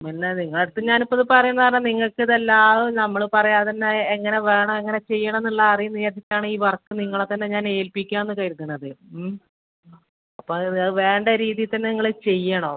പിന്നെ നിങ്ങളുടെ അടുത്ത് ഞാൻ ഇപ്പം ഇത് പറയാൻ കാരണം നിങ്ങൾക്ക് ഇതെല്ലാം നമ്മൾ പറയാതെ തന്നെ എങ്ങനെ വേണം എങ്ങനെ ചെയ്യണം എന്നുള്ള അറിയുമെന്ന് വിചാരിച്ചിട്ടാണ് ഈ വർക്ക് നിങ്ങളെ തന്നെ ഞാൻ ഏൽപ്പിക്കാമെന്ന് കരുതുന്നത് ഉം അപ്പോല് അത് വേണ്ട രീതിയിൽ തന്നെ നിങ്ങൾ ചെയ്യണം